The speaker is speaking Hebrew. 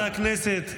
חברי הכנסת,